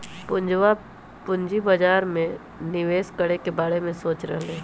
पूजवा पूंजी बाजार में निवेश करे के बारे में सोच रहले है